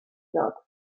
ddod